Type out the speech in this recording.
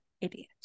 idiot